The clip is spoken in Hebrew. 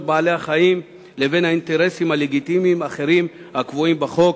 בעלי-החיים לבין האינטרסים הלגיטימיים האחרים הקבועים בחוק,